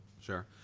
Sure